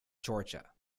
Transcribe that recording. georgia